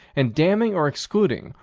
and damning or excluding,